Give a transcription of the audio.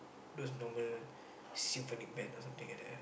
those normal symphonic band or something like that ah